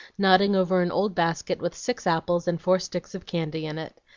nodding over an old basket with six apples and four sticks of candy in it.